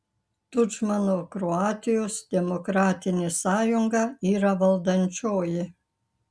tudžmano kroatijos demokratinė sąjunga yra valdančioji